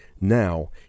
Now